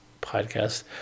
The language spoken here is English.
podcast